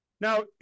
Now